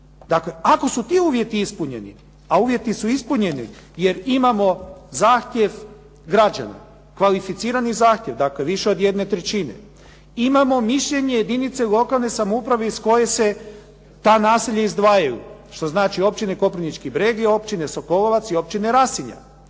Dakle, ako su ti uvjeti ispunjeni, a uvjeti su ispunjeni jer imamo zahtjeva građana, kvalificirani zahtjev, dakle više od jedne trećine. Imamo mišljenje jedinice lokalne samouprave iz koje se ta naselja izdvajaju što znači općine Koprivnički breg i općine Sokolovac i općine Rasinja.